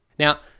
Now